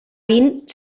vint